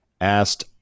asked